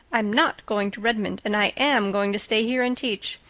i'm not going to redmond and i am going to stay here and teach.